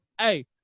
hey